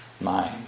mind